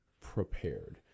prepared